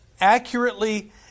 accurately